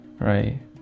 right